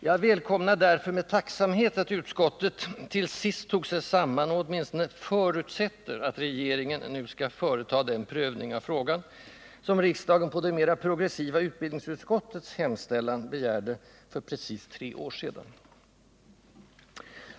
Jag välkomnar därför med tacksamhet att utskottet till sist tog sig samman och åtminstone ”förutsätter” att regeringen nu skall företa den prövning av frågan som riksdagen, på det mera progressiva utbildningsutskottets hemställan, begärde för precis tre år sedan.